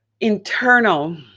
internal